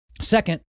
Second